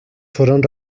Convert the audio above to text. foren